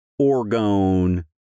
Orgone